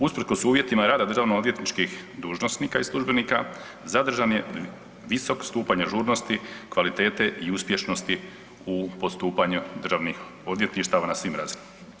Usprkos uvjetima rada državno-odvjetničkih dužnosnika i službenika zadržan je visok stupanj ažurnosti, kvalitete i uspješnosti u postupanju državnih odvjetništava na svim razinama.